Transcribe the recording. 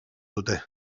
dute